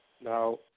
Now